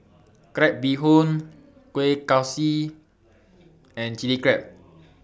Crab Bee Hoon Kueh Kaswi and Chili Crab